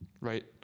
right